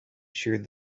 sheared